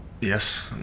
Yes